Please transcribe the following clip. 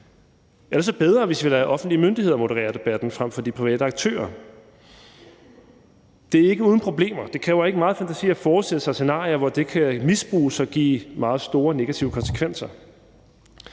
Er det så bedre, hvis vi lader offentlige myndigheder moderere debatten frem for de private aktører? Det er ikke uden problemer. Det kræver ikke meget fantasi at forestille sig scenarier, hvor det kan misbruges og give meget store negative konsekvenser.